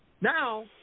Now